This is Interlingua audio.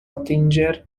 attinger